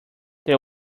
that